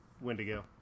Wendigo